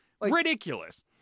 Ridiculous